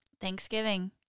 Thanksgiving